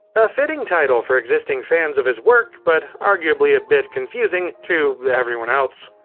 a fitting title for existing fans of his work, but arguably a bit confusing to everyone else.